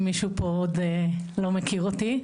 אם מישהו פה עוד לא מכיר אותי.